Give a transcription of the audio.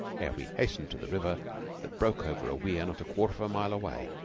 ere we hastened to the river that broke over a weir not a quarter of a mile away.